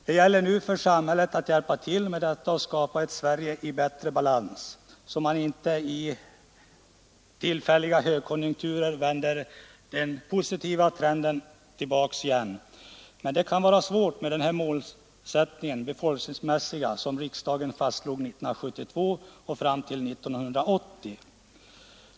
Det gäller nu för samhället att hjälpa till med detta och skapa ett Sverige i bättre balans, så att man inte i tillfälliga högkonjunkturer vänder den positiva trenden. Det kan vara svårt med den befolkningsmässiga målsättning som riksdagen 1972 fastslog fram till 1980.